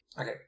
Okay